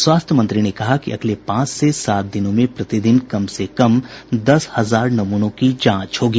स्वास्थ्य मंत्री ने कहा कि अगले पांच से सात दिनों में प्रतिदिन कम से कम दस हजार नमूनों की जांच होगी